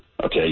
Okay